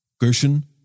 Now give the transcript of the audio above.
Gershon